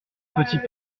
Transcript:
petit